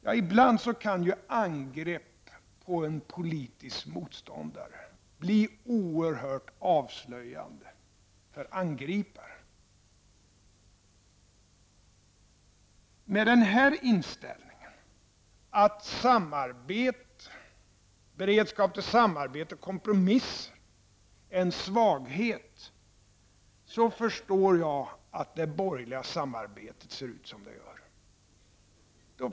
Ja, ibland kan angrepp på en politisk motståndare bli oerhört avslöjande för angriparen. Om man har den här inställningen -- att beredskap till samarbete och kompromisser är en svaghet -- så förstår jag att det borgerliga samarbetet ser ut som det gör.